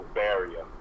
barrier